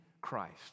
Christ